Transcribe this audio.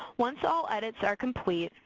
once all edits are complete,